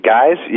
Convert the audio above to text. Guys